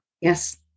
Yes